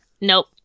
Nope